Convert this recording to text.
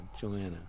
Joanna